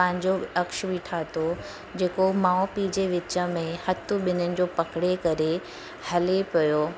पंहिंजो अक्स बि ठातो जेको माउ पीउ जे विच में हथ ॿिन्हिनि जो पकिड़े करे हले पियो